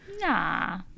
Nah